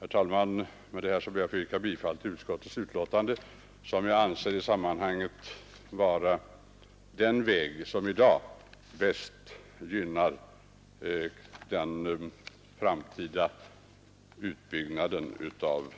Herr talman! Jag ber med detta att få yrka bifall till utskottets hemställan som jag anser anvisar den väg som i dag bäst gynnar den framtida utbyggnaden av